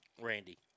Randy